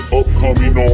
upcoming